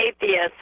atheist